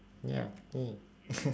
ya !yay!